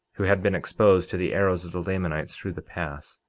who had been exposed to the arrows of the lamanites through the pass,